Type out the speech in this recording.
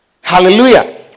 Hallelujah